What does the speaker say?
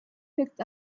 picked